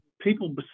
people